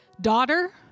Daughter